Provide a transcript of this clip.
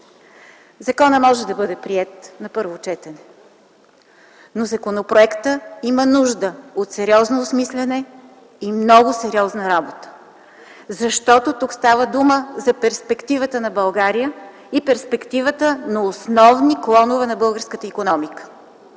законопроектът може да бъде приет на първо четене, но той има нужда от сериозно осмисляне и много сериозна работа, защото тук става дума за перспективата на България и за перспективата на основни клонове на българската икономика.